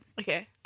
okay